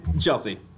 Chelsea